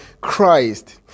Christ